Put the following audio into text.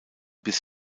bis